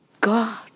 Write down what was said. God